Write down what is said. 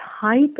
type